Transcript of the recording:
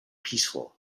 peaceful